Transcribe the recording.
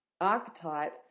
archetype